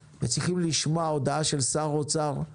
בתחבורה הציבורית צריכים לשלם 300 אחוזים יותר?